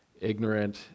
ignorant